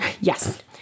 Yes